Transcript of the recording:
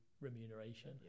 remuneration